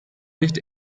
nicht